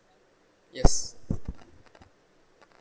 yes